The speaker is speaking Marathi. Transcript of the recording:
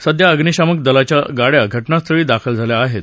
सध्या अग्निशामक दलाच्या गाड्या घटनास्थळी दाखल झाल्या हेत